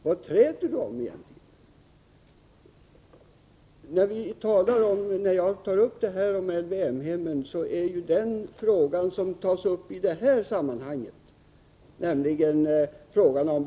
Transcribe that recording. Vad träter han egentligen om?